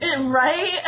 Right